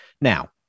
Now